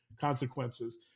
consequences